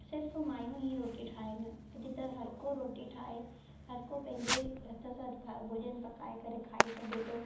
सिर्फ़ु माइयूं ई रोटी ठाहिनि अॼु त हर को रोटी ठाहे हर को पंहिंजे हथ सां भोॼनु पकाए करे खाई सघे थो